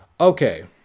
Okay